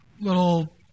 little